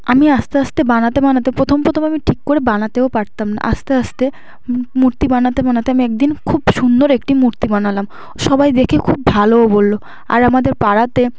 আমি আস্তে আস্তে বানাতে বানাতে প্রথম প্রথম আমি ঠিক করে বানাতেও পারতাম না আস্তে আস্তে মূর্তি বানাতে বানাতে আমি একদিন খুব সুন্দর একটি মূর্তি বানালাম সবাই দেখে খুব ভালোও বলল আর আমাদের পাড়াতে